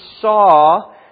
saw